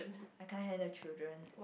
I can't handle children